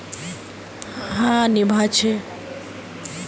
रासायनिक कीटनाशक भारतोत अपना शुरुआतेर बाद से कृषित एक अहम भूमिका निभा हा